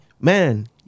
man